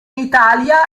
italia